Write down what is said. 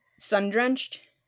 Sun-drenched